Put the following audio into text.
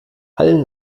allen